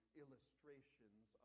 illustrations